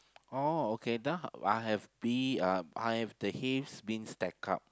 oh okay then I have bee um I have the hays being stacked up